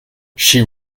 she